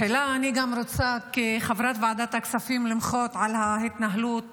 תחילה אני גם רוצה כחברת ועדת הכספים למחות על ההתנהלות